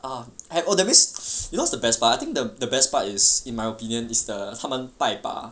ah eh oh that means you know the best part I think the best part is in my opinion is the 他们拜把